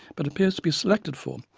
but appears to be selected for,